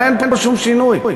אבל אין פה שום שינוי.